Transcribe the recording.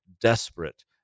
desperate